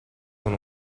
con